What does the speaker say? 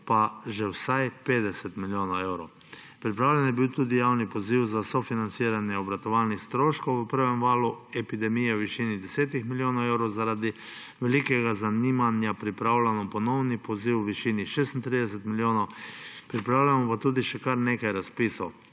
pa že vsaj 50 milijonov evrov. Pripravljen je bil tudi javni poziv za sofinanciranje obratovalnih stroškov v prvem valu epidemije v višini 10 milijonov evrov, zaradi velikega zanimanja pripravljamo ponovni poziv v višini 36 milijonov, pripravljamo pa tudi še kar nekaj razpisov.